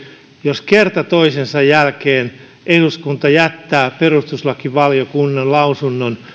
jos kerta toisensa jälkeen eduskunta jättää perustuslakivaliokunnan lausunnon